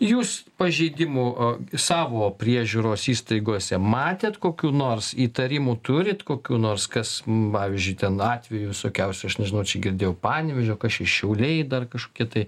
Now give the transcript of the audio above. jūs pažeidimų savo priežiūros įstaigose matėt kokių nors įtarimų turit kokių nors kas man pavyzdžiui ten atveju visokiausių aš nežinau čia girdėjau panevėžio kas čia šiauliai dar kažkokie tai